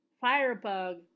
Firebug